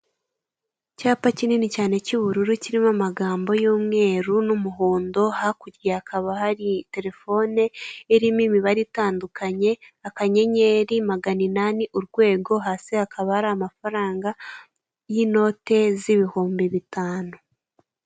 Icyapa kinini cyane cy'ubururu kirimo amagambo y'umweru n'umuhondo, hakurya hakaba hari telefoni irimo imibare itandukanye: akanyenyeri, maganinani, urwego. Hasi hakaba hari amafaranga y'inoti z'ibihumbi bitanu.